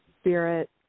spirit